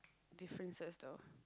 differences though